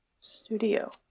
Studio